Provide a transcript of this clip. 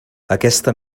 aquesta